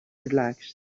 relaxed